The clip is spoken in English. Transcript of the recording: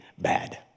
bad